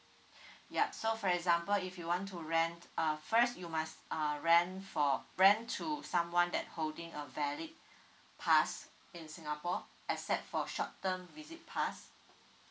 yup so for example if you want to rent uh first you must uh rent for rent to someone that holding a valid pass in singapore except for short term visit pass